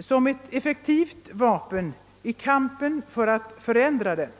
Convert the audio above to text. som ett effektivt vapen i kampen för att förändra den.